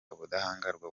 ubudahangarwa